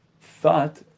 thought